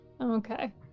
Okay